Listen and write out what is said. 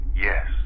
Yes